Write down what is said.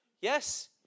Yes